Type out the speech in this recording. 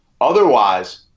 otherwise –